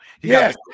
Yes